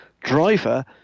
driver